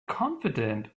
confident